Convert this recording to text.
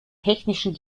technischen